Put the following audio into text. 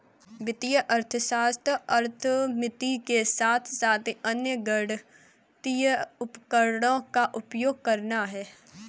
वित्तीय अर्थशास्त्र अर्थमिति के साथ साथ अन्य गणितीय उपकरणों का उपयोग करता है